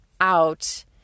out